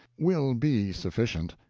will be sufficient.